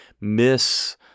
miss